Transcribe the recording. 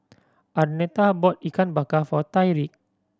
Arnetta bought Ikan Bakar for Tyriq